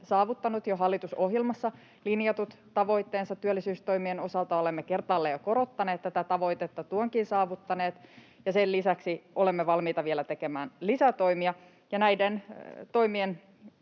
saavuttanut hallitusohjelmassa linjatut tavoitteensa työllisyystoimien osalta. Olemme kertaalleen jo korottaneet tätä tavoitetta, tuonkin saavuttaneet, ja sen lisäksi olemme valmiita vielä tekemään lisätoimia. Näiden toimien